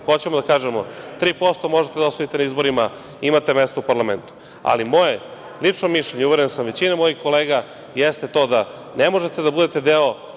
Hoćemo da kažemo 3% možete da osvojite na izborima, imate mesto u parlamentu. Ali, moje lično mišljenje i uveren sam većini mojih kolega, jeste to da ne možete da budete deo